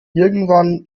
irgendwann